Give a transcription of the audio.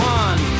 one